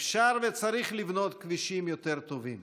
אפשר וצריך לבנות כבישים יותר טובים,